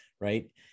right